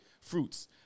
fruits